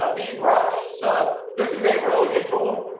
um bee brush. so this is a really good tool.